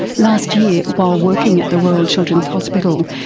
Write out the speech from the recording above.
last year, while working at the royal children's hospital,